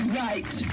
right